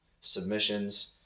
submissions